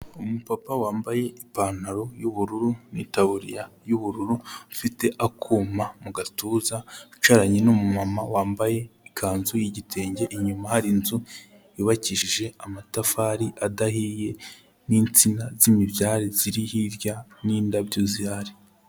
Umupapa wambaye ipantaro y'ubururu n'itaburiya y'ubururu ufite akuma mu gatuza, wicaranye n'umumama wambaye ikanzu yigitenge, inyuma hari inzu yubakishije amatafari adahiye n'insina z'imibyari ziri hirya n'indabyo zihari.